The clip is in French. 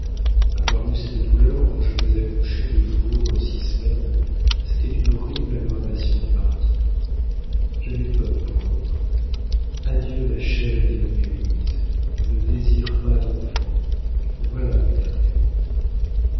avoir eu cette douleur quand je dois accoucher de nouveau dans six semaines c'était une horrible aggravation du martyre j'avais peur pour l'autre adieu ma chère et bien-aimée louise ne désire pas d'enfants voilà mon dernier mot